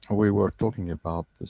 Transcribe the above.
we were talking about